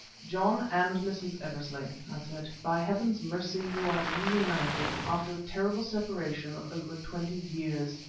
john and mrs. eversley, i said, by heaven's mercy you are reunited after a terrible separation of over twenty years.